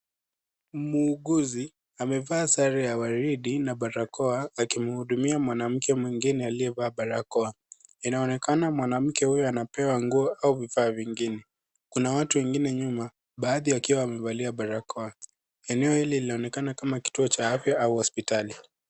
Muuguzi amevaa sare ya waridi na barakoa akimhudumia mwanamke mwingine aliyevaa barakoa. Inaonekana mwanamke huyo anapewa nguo au vifaa vingine, kuna watu wengine nyuma baadhi wakiwa wamevalia barakoa. Eneo hili linaonekana kama kituo cha afya au hospitali.